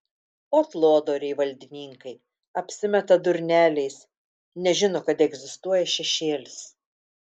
ot lodoriai valdininkai apsimeta durneliais nežino kad egzistuoja šešėlis